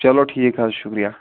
ٹھیٖک حظ شُکریا